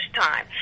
time